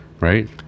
right